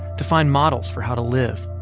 to find models for how to live,